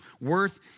worth